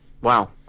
Wow